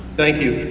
thank you i